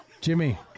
Jimmy